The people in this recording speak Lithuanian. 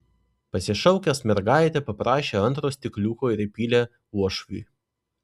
pasišaukęs mergaitę paprašė antro stikliuko ir įpylė uošviui